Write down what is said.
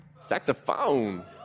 Saxophone